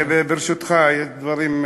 ברשותך, יש דברים,